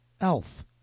Elf